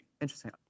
Interesting